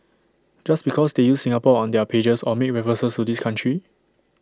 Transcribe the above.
just because they use Singapore on their pages or make references to this country